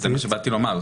זה מה שבאתי לומר,